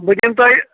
بہٕ دِم تۄہہِ